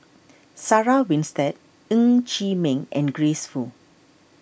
Sarah Winstedt Ng Chee Meng and Grace Fu